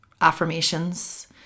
affirmations